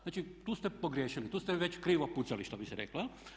Znači tu ste pogriješili, tu ste već krivo pucali što bi se reklo.